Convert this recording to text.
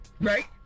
right